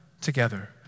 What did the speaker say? together